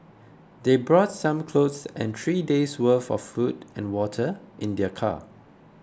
they brought some clothes and three days' worth of food and water in their car